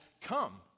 come